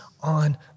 on